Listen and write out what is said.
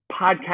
podcast